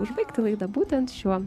užbaigti laidą būtent šiuo